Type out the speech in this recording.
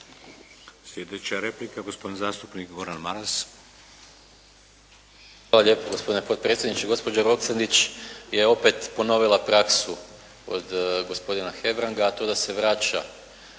Sljedeća replika, gospodin zastupnik Gordan Maras. **Maras, Gordan (SDP)** Hvala lijepo, gospodine potpredsjedniče. Gospođa Roksandić je opet ponovila praksu od gospodina Hebranga, a to da se vraća